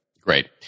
great